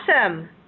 Awesome